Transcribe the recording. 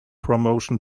promotion